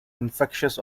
infectious